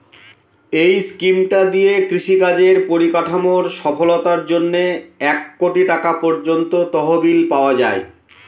এই স্কিমটা দিয়ে কৃষি কাজের পরিকাঠামোর সফলতার জন্যে এক কোটি টাকা পর্যন্ত তহবিল পাওয়া যায়